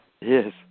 Yes